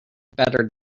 better